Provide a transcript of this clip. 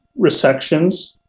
resections